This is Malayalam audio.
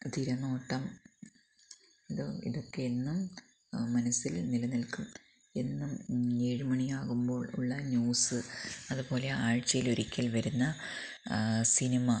തിരനോട്ടം ഇത് ഇതൊക്കെയെന്നും മനസ്സിൽ നിലനില്ക്കും എന്നും ഏഴ് മണിയാകുമ്പോള് ഉള്ള ന്യൂസ് അതുപോലെ ആഴ്ചയിലൊരിക്കല് വരുന്ന സിനിമാ